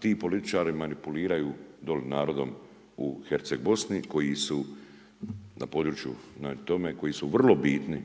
ti političari manipuliraju doli narodom u Herceg-bosni, koji su na području, koji su vrlo bitni